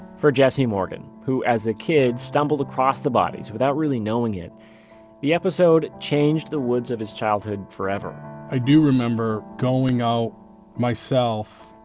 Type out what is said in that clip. for jesse morgan, who, as a kid stumbled across the bodies without really knowing it the episode changed the woods of his childhood forever i do remember going out myself,